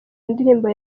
ndirimbo